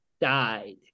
died